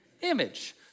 image